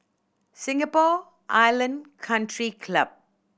Singapore Island Country Club